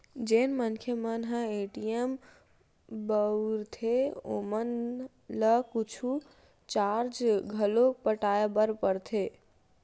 जेन मनखे मन ह ए.टी.एम बउरथे ओमन ल कुछु चारज घलोक पटाय बर परथे